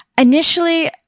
Initially